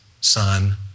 son